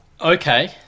okay